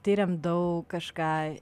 tiriam daug kažką